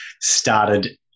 started